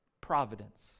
providence